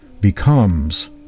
becomes